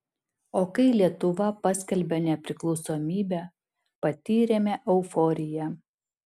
o kai lietuva paskelbė nepriklausomybę patyrėme euforiją